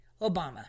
Obama